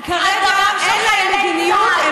כי כרגע אין להם מדיניות.